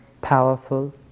powerful